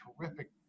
terrific